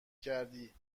کردی